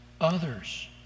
others